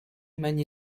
manie